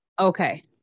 Okay